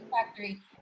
factory